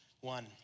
one